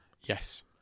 Yes